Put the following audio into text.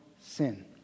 sin